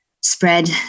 spread